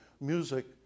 music